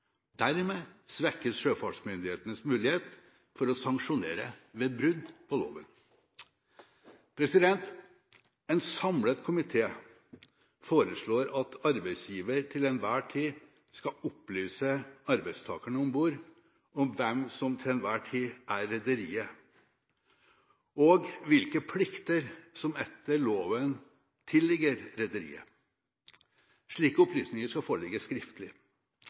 Dermed svekkes sjøfartsmyndighetenes mulighet for å sanksjonere ved brudd på loven. En samlet komité foreslår at arbeidsgiver til enhver tid skal opplyse arbeidstakerne om bord om hvem som til enhver tid er rederiet, og hvilke plikter som etter loven tilligger rederiet. Slike opplysninger skal foreligge skriftlig.